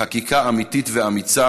חקיקה אמיתית ואמיצה